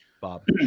Bob